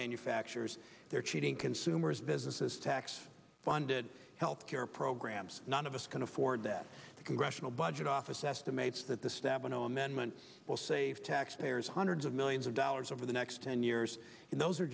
manufacturers they're cheating consumers businesses tax funded health care programs none of us can afford that the congressional budget office estimates that the stabenow amendment will save taxpayers hundreds of millions of dollars over the next ten years and those are